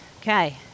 Okay